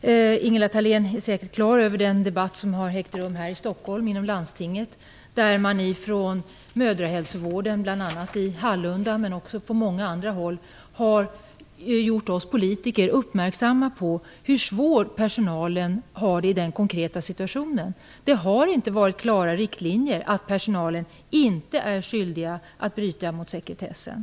Ingela Thalén har säkert klart för sig den debatt som har förts inom landstinget i Stockholm. Från mödrahälsovården i bl.a. Hallunda har man gjort oss politiker uppmärksamma på hur svårt personalen kan ha det i den konkreta situationen. Det har inte funnits klara riktlinjer om att personalen inte är skyldig att bryta mot sekretessen.